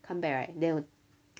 come back right then